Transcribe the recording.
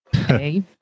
Okay